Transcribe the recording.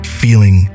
feeling